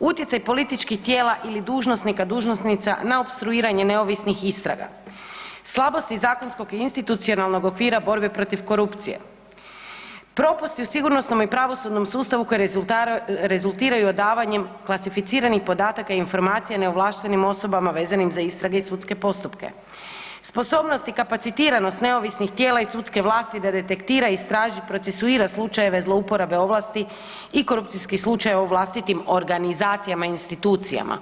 utjecaj političkih tijela ili dužnosnika, dužnosnica na opstruiranje neovisnih istraga, slabosti zakonskog i institucionalnog okvira borbe protiv korupcije, propusti u sigurnosnom i pravosudnom sustavu koje rezultiraju odavanjem klasificiranih podataka, informacija neovlaštenim osobama vezanim za istrage i sudske postupke, sposobnost i kapacitiranost neovisnih tijela i sudske vlasti da detektira, istraži, procesuira slučajeve zlouporabe ovlasti i korupcijskih slučajeva u vlastitim organizacijama i institucijama.